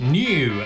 new